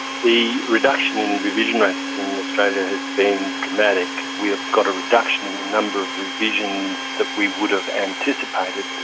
the reduction in revision rates in australia has been dramatic we've got a reduction in the number of revisions that we would have anticipated.